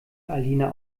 alina